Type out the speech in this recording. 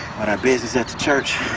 but our business at the church,